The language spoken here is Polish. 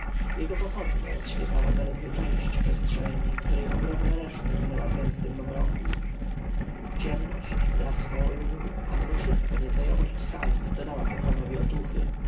jego pochodnia rozświetlała zaledwie część przestrzeni której ogromna reszta ginęła w gęstym mroku ciemność las kolumn a nadewszystko nieznajomość sali dodała kapłanowi otuchy